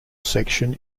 section